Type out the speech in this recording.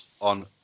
on